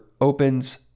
opens